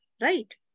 right